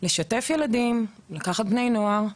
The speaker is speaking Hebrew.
לשתף ילדים ולהניע בני נוער.